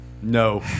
No